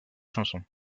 chanson